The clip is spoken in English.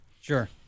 Sure